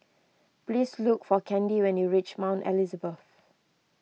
please look for Candi when you reach Mount Elizabeth